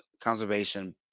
conservation